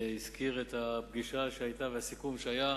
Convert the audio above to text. הזכיר את הפגישה שהיתה ואת הסיכום שהיה